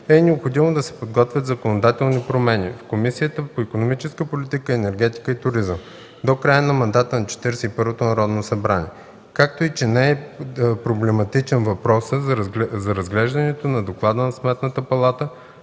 е необходимо да се подготвят законодателни промени в Комисията по икономическата политика, енергетика и туризъм до края на мандата на Четиридесет и първото Народно събрание, както и че не е проблематичен въпросът за разглеждането на доклада на Сметната палата